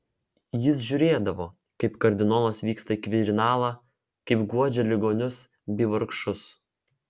jis žiūrėdavo kaip kardinolas vyksta į kvirinalą kaip guodžia ligonius bei vargšus